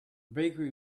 bakery